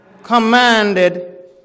commanded